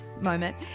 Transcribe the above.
moment